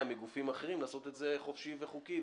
מגופים אחרים לעשות את זה חופשי וחוקי,